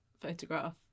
photograph